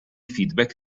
feedback